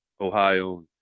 Ohio